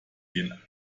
den